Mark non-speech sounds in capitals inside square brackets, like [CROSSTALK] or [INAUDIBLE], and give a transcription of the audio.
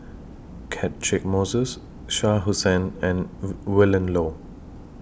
Catchick Moses Shah Hussain and [NOISE] Willin Low